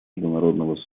международного